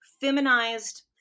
feminized